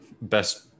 best